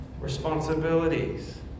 responsibilities